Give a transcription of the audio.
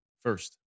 first